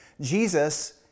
Jesus